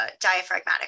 diaphragmatic